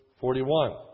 41